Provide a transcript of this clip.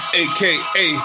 aka